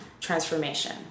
transformation